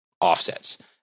offsets